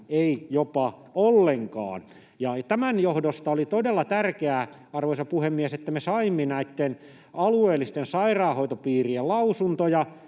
jopa ei ollenkaan. Tämän johdosta oli todella tärkeää, arvoisa puhemies, että me saimme näitten alueellisten sairaanhoitopiirien lausuntoja.